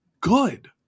good